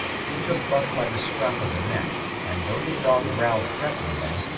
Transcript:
he took buck by the scruff of the neck, and though the dog growled threateningly,